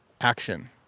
action